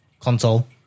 console